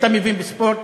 ואתה מבין בספורט,